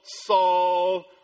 Saul